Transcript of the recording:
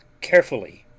carefully